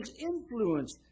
influence